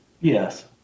Yes